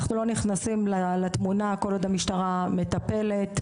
אנחנו לא נכנסים לתמונה כל עוד המשטרה מטפלת,